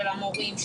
המורים,